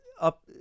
up